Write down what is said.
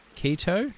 keto